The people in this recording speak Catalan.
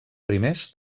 primers